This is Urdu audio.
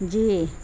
جی